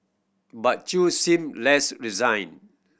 but Chew seemed less resigned